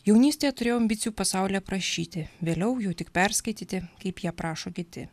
jaunystėje turėjau ambicijų pasaulį aprašyti vėliau jau tik perskaityti kaip jį aprašo kiti